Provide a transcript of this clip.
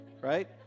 Right